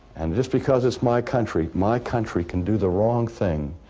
and just because it's my country, my country can do the wrong thing,